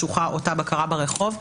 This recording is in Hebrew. שוחה או תא בקרה ברחוב".